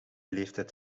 leeftijd